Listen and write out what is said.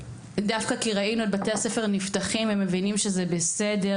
דווקא כי ראינו את בתי הספר נפתחים ומבינים שזה בסדר,